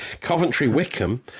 Coventry-Wickham